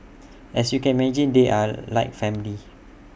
as you can imagine they are like family